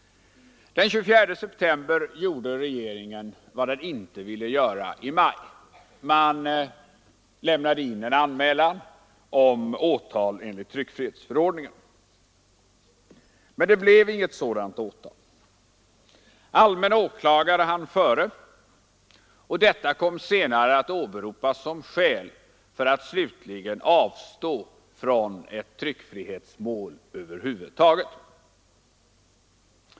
Den 24 september gjorde regeringen vad den inte ville göra i maj. Den inlämnade en anmälan om åtal enligt tryckfrihetsförordningen. Men det blev inget sådant åtal. Allmänne åklagaren hann före och detta kom senare att åberopas såsom skäl för regeringen att slutligen avstå från ett tryckfrihetsåtal över huvud taget.